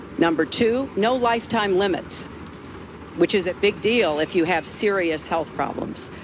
number two, no lifetime limits which is a big deal if you have serious health problems.